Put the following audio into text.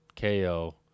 KO